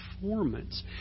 performance